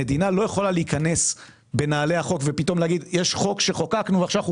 המדינה לא יכולה להיכנס בנעלי החוק ופתאום להגיד: עכשיו אנחנו